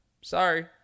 Sorry